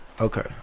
Okay